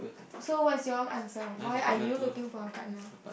so what is your answer why are you looking for a partner